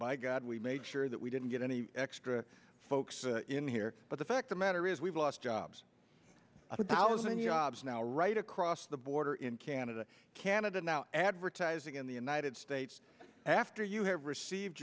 by god we made sure that we didn't get any extra folks in here but the fact of matter is we've lost jobs a thousand yobs now right across the border in canada canada now advertising in the united states after you have received